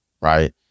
right